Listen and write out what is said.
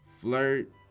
flirt